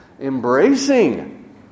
embracing